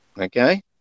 okay